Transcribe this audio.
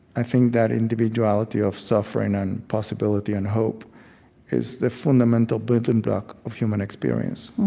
i think that individuality of suffering and possibility and hope is the fundamental building block of human experience.